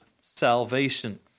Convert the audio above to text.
salvation